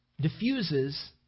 diffuses